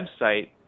website